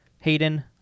Hayden